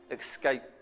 escape